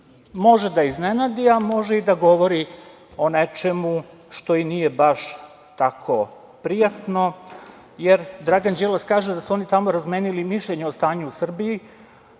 da iznenadi, a može i da govori o nečemu što i nije baš tako prijatno, jer Dragan Đilas kaže da su oni tamo razmenili mišljenje o stanju u Srbiji.